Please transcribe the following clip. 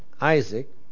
Isaac